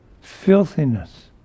filthiness